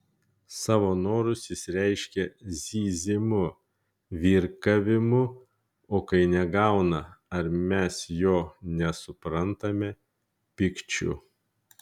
savo norus jis reiškia zyzimu virkavimu o kai negauna ar mes jo nesuprantame pykčiu